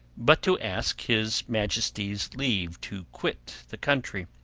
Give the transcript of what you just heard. but to ask his majesty's leave to quit the country.